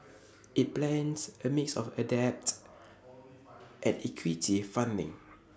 IT plans A mix of A debt and equity funding